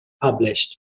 published